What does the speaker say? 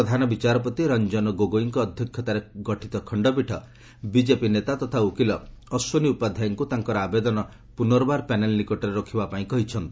ପ୍ରଧାନ ବିଚାରପତି ରଞ୍ଜନ ଗୋଗୋଇଙ୍କ ଅଧ୍ୟକ୍ଷତାରେ ଗଠିତ ଖଣ୍ଡପୀଠ ବିକ୍ଷେପି ନେତା ତଥା ଓକିଲ ଅଶ୍ୱିନୀ ଉପାଧ୍ୟାୟଙ୍କୁ ତାଙ୍କର ଆବେଦନ ପୁନର୍ବାର ପ୍ୟାନେଲ୍ ନିକଟରେ ରଖିବାପାଇଁ କହିଛନ୍ତି